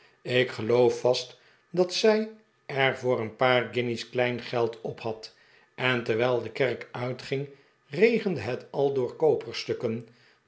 ik geloof vast dat zij er voor een paar guinjes klein geld op had en terwijl de kerk uitging regende het aldoor